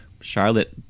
Charlotte